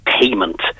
payment